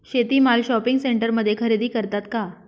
शेती माल शॉपिंग सेंटरमध्ये खरेदी करतात का?